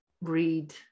read